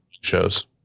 shows